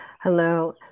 Hello